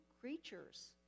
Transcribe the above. creatures